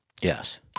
yes